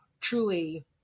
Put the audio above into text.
truly